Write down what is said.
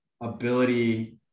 ability